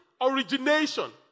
origination